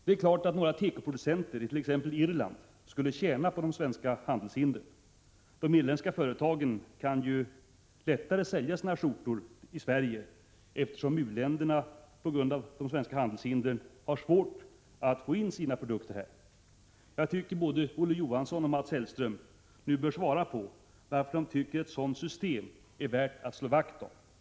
Det är klart att några tekoproducenter i t.ex. Irland skulle tjäna på de svenska handelshindren. De irländska företagen kan ju lättare sälja sina skjortor i Sverige, eftersom u-länderna på grund av de svenska handelshindren har svårare att få in sina produkter här. Jag tycker både Olof Johansson och Mats Hellström nu bör svara på frågan, varför de tycker att ett sådant system är värt att slå vakt om.